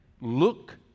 look